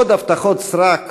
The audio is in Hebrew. עוד הבטחות סרק